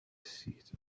seated